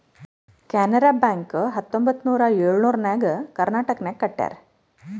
Canara bank ಹತ್ತೊಂಬತ್ತ್ ನೂರಾ ಎಳುರ್ನಾಗ್ ಕರ್ನಾಟಕನಾಗ್ ಕಟ್ಯಾರ್